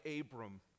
Abram